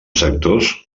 sectors